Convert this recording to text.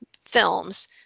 films